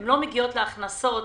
הן לא מגיעות להכנסות.